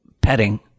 petting